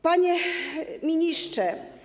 Panie Ministrze!